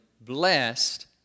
blessed